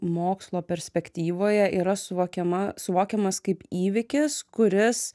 mokslo perspektyvoje yra suvokiama suvokiamas kaip įvykis kuris